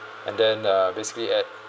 and then uh basically at